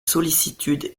sollicitude